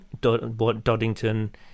Doddington